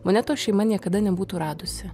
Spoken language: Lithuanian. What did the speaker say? monetos šeima niekada nebūtų radusi